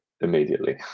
immediately